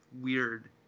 weird